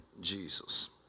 Jesus